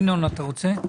ינון, אתה רוצה?